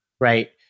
right